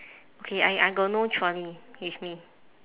okay I I got no trolley with me